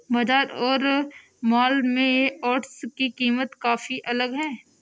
बाजार और मॉल में ओट्स की कीमत काफी अलग है